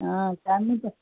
ஆ கம்மி இப்போ